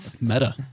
Meta